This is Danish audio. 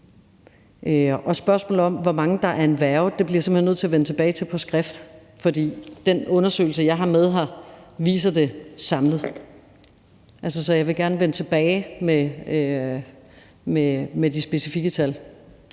Spørgsmålet om, hvor mange der er af en værge, bliver jeg simpelt hen nødt til at vende tilbage til på skrift. For den undersøgelse, jeg har med her, viser det samlet. Så jeg vil gerne vende tilbage med de specifikke tal.